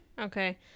Okay